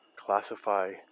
classify